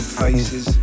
faces